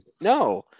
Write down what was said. No